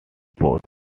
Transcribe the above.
both